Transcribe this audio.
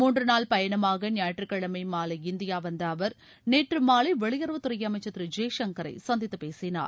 மூன்றுநாள் பயணமாக ஞாயிற்றுக்கிழமை மாலை இந்தியா வந்த அவர் நேற்று மாலை வெளியுறவுத்துறை அமைச்சர் திரு ஜெய்சங்கரை சந்தித்து பேசினார்